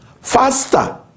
faster